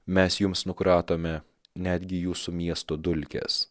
mes jums nukratome netgi jūsų miesto dulkes